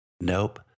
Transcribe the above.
Nope